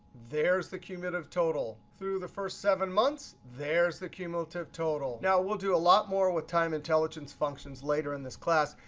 the cumulative total. through the first seven months, there's the cumulative total. now, we'll do a lot more with time intelligence functions later in this class.